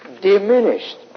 diminished